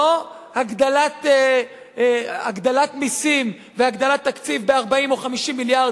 לא הגדלת מסים והגדלת תקציב ב-40 או 50 מיליארד,